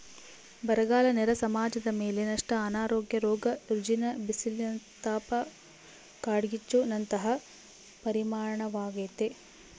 ಬರಗಾಲ ನೇರ ಸಮಾಜದಮೇಲೆ ನಷ್ಟ ಅನಾರೋಗ್ಯ ರೋಗ ರುಜಿನ ಬಿಸಿಲಿನತಾಪ ಕಾಡ್ಗಿಚ್ಚು ನಂತಹ ಪರಿಣಾಮಾಗ್ತತೆ